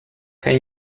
can